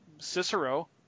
Cicero